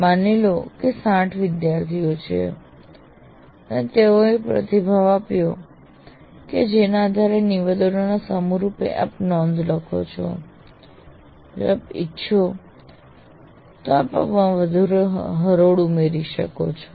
માની લો કે 60 વિદ્યાર્થીઓ છે અને તેઓએ પ્રતિભાવ આપ્યો છે જેના આધારે નિવેદનોના સમૂહ રૂપે આપ નોંધો લખો છો જો આપ ઇચ્છો તો આપ આમાં વધુ હરોળ ઉમેરી શકો છો